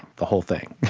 the whole thing.